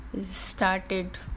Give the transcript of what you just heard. started